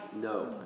No